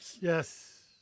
Yes